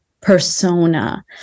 persona